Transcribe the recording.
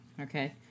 Okay